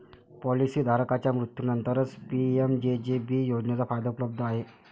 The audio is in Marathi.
पॉलिसी धारकाच्या मृत्यूनंतरच पी.एम.जे.जे.बी योजनेचा फायदा उपलब्ध आहे